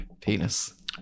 penis